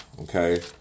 Okay